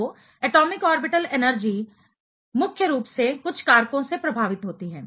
तो atomic orbital energy परमाणु कक्षीय ऊर्जा मुख्य रूप से कुछ कारकों से प्रभावित होती हैं